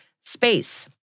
space